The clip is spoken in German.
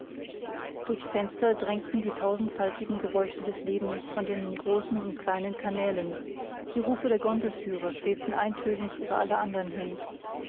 durchs fenster drangen die tausendfältigen geräusche des lebens von den großen und kleinen kanälen die rufe der gondelführer schwebten eintönig über alle andern hin